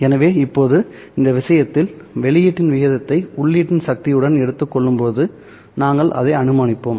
எனவே இப்போது இந்த விஷயத்தில் வெளியீட்டின் விகிதத்தை உள்ளீட்டு சக்தியுடன் எடுத்துக் கொள்ளும்போது நாங்கள் அதை அனுமானிப்போம்